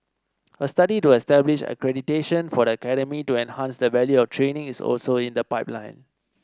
a study to establish accreditation for the academy to enhance the value of training is also in the pipeline